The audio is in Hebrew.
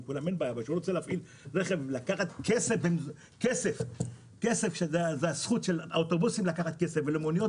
אבל מי שרוצה לקחת כסף שזאת הזכות של אוטובוסים ושל מוניות